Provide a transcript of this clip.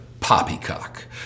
poppycock